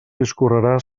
discorrerà